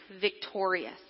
victorious